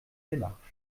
démarches